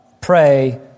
pray